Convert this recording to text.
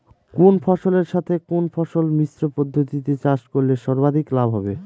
কোন ফসলের সাথে কোন ফসল মিশ্র পদ্ধতিতে চাষ করলে সর্বাধিক লাভ হবে?